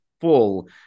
full